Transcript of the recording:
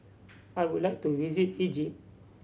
I would like to visit Egypt